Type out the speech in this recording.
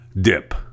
dip